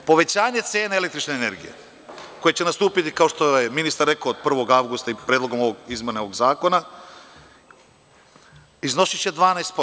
Povećanje cena električne energije, koje će nastupiti, kao što je ministar rekao, od 1. avgusta i predlogom izmene ovog zakona, iznosiće 12%